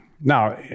Now